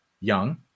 Young